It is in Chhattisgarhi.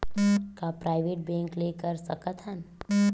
का प्राइवेट बैंक ले कर सकत हन?